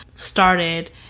started